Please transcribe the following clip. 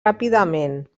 ràpidament